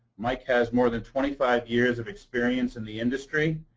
mike has more than twenty five years of experience in the industry,